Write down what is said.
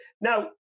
now